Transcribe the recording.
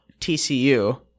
TCU